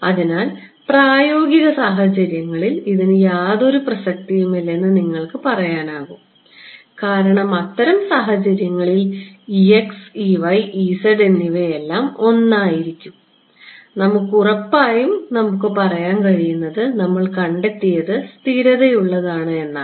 അതിനാൽ പ്രായോഗിക സാഹചര്യത്തിൽ ഇതിന് യാതൊരു പ്രസക്തിയുമില്ലെന്ന് നിങ്ങൾക്ക് പറയാൻ കഴിയും കാരണം അത്തരം സാഹചര്യങ്ങളിൽ എന്നിവയെല്ലാം 1 ആയിരിക്കും നമുക്ക് ഉറപ്പായും നമുക്ക് പറയാൻ കഴിയുന്നത് നമ്മൾ കണ്ടെത്തിയത് സ്ഥിരതയുള്ളതാണ് എന്നാണ്